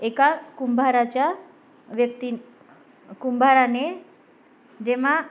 एका कुंभाराच्या व्यक्ती कुंभाराने जेव्हा